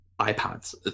iPads